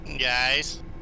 Guys